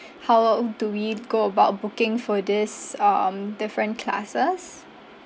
how how do we go about booking for these um different classes